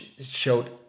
showed